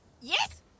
Yes